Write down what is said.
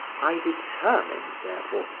i determined, therefore,